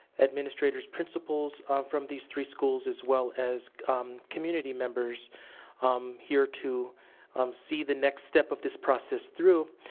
administrators, principals from these three schools as well as community members here to um see the next step of this process through.